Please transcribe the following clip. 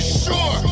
sure